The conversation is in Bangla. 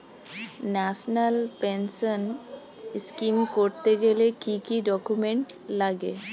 ন্যাশনাল পেনশন স্কিম করতে গেলে কি কি ডকুমেন্ট লাগে?